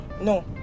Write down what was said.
no